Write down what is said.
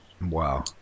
Wow